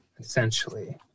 Essentially